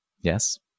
yes